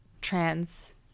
trans